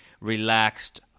relaxed